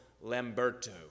Lamberto